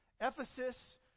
Ephesus